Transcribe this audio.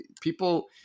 people